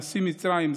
נשיא מצרים,